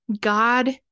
God